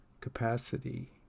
Capacity